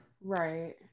Right